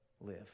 live